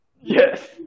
Yes